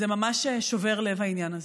זה ממש שובר לב, העניין הזה.